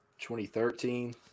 2013